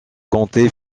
comté